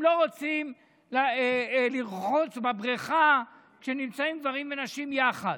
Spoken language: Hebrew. הם לא רוצים לרחוץ בבריכה כשנמצאים גברים ונשים יחד.